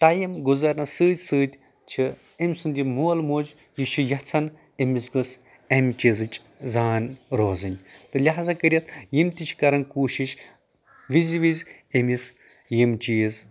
time گُزرنس سۭتۍ سۭتۍ چھِ أمۍ سُنٛد یہِ مول موج یہِ چھُ یژھان أمِس گٔژھ امہِ چیٖزٕچ زان روزٕنۍ تہٕ لہٰزا کٔرتھ یِم تہِ چھِ کران کوٗشش وِزِ وِزِ أمِس یِم چیٖز